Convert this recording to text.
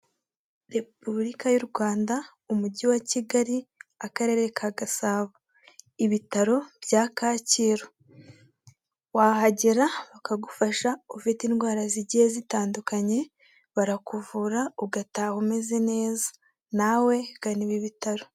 Repubulika y'u Rwanda, umujyi wa Kigali, akarere ka Gasabo. Ibitaro bya Kacyiru. Wahagera bakagufasha, ufite indwara zigiye zitandukanye, barakuvura ugataha umeze neza. Nawe gana ibi bitaro.